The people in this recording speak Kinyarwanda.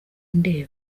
ndeba